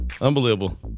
Unbelievable